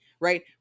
Right